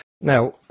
Now